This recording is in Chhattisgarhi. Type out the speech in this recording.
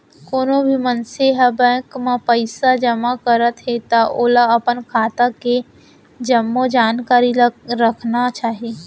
कोनो भी मनसे ह बेंक म पइसा जमा करत हे त ओला अपन खाता के के जम्मो जानकारी ल राखना चाही